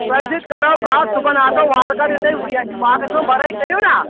تۄہہِ سۭتۍ کرہو کَتھ صُبحَن آسو وارٕ کارٕ یہِ تُہۍ یۄس یہِ باغس منٛز بَرٲے کٔرِو نا